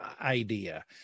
idea